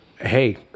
hey